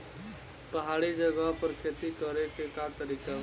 पहाड़ी जगह पर खेती करे के का तरीका बा?